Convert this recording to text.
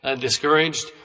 discouraged